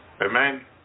Amen